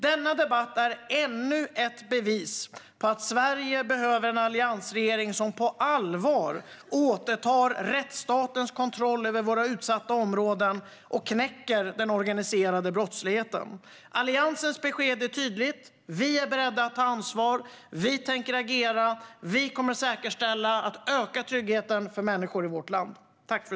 Denna debatt är ännu ett bevis på att Sverige behöver en alliansregering som på allvar återtar rättsstatens kontroll över våra utsatta områden och knäcker den organiserade brottsligheten. Alliansens besked är tydligt: Vi är beredda att ta ansvar. Vi tänker agera. Vi kommer att säkerställa att tryggheten ökar för människor i vårt land.